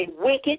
wicked